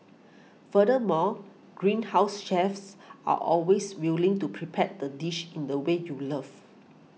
furthermore Greenhouse's chefs are always willing to prepare the dish in the way you love